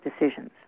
decisions